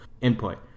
input